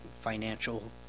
financial